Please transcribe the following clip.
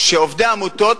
שעובדי העמותות